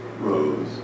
rose